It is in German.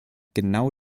genau